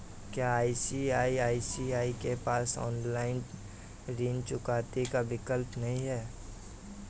क्या ICICI bank के पास ऑनलाइन ऋण चुकौती का विकल्प नहीं है?